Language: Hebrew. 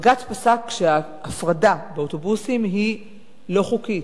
בג"ץ פסק שההפרדה באוטובוסים היא לא חוקית.